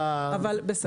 אבל בסדר.